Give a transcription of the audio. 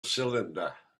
cylinder